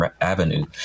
avenue